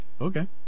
Okay